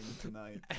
tonight